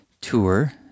tour